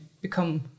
become